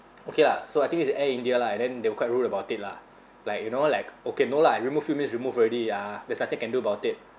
okay lah so I think it's air india lah and then they were quite rude about it lah like you know like okay no lah I remove you means remove already uh there's nothing can do about it